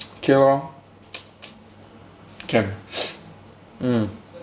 okay lor can mm